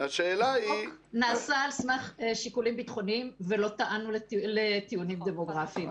החוק נעשה על סמך שיקולים ביטחוניים ולא טענו לטיעונים דמוגרפיים.